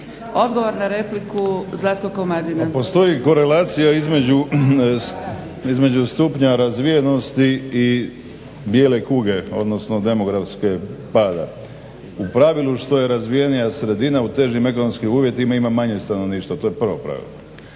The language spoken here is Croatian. **Komadina, Zlatko (SDP)** Pa postoji korelacija između stupnja razvijenosti i bijele kuge, odnosno demografskog pada. U pravilu što je razvijenija sredina u težim ekonomskim uvjetima ima manje stanovništva to je prvo pravilo.